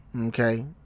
Okay